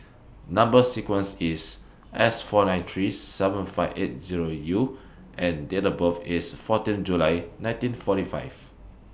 Number sequence IS S four nine three seven five eight Zero U and Date of birth IS fourteen July nineteen forty five